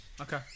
Okay